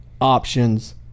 options